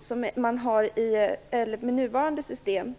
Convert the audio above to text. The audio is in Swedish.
som i nuvarande system.